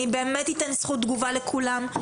אני אתן זכות תגובה לכולם,